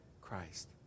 Christ